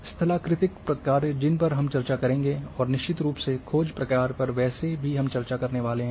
स्थलाकृतिक प्रकार्य जिन पर हम चर्चा करेंगे और निश्चित रूप से खोज प्रकार्य पर हम वैसे भी चर्चा करने वाले हैं